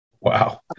Wow